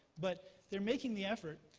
but they're making the effort.